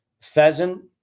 pheasant